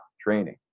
training